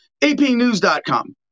APnews.com